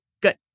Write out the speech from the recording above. Good